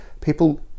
People